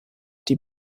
die